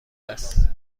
است